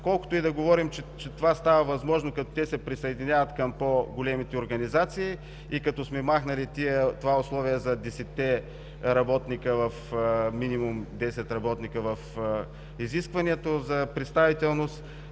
Колкото и да говорим, че това става възможно, когато те се присъединяват към по-големите организации и като сме махнали това условие за минимум десет работника в изискването за представителност,